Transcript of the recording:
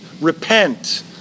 repent